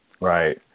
Right